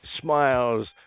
smiles